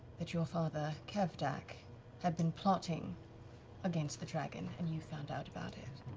that your father kevdak had been plotting against the dragon and you found out about it.